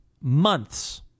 Months